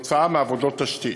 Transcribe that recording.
עקב עבודות תשתית,